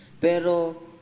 Pero